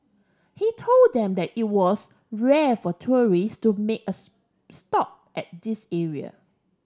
he told them that it was rare for tourists to make a stop at this area